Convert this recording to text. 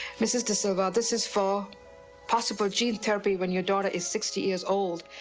mrs. de silva, this is for possible gene therapy when your daughter is sixty years old.